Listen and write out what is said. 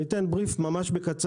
אתן תקציר על מה שפירטתם,